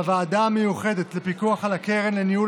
בוועדה המיוחדת לפיקוח על הקרן לניהול